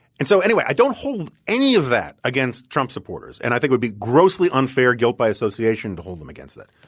and so anyway, i don't hold any of that against trump supporters. and i think it would be grossly unfair guilt by association to hold them against that.